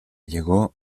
llegó